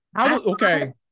Okay